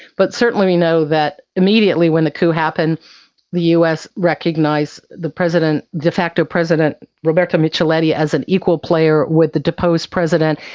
but certainly we know that immediately when the coup happened the us recognised the de facto president roberto micheletti as an equal player with the deposed president,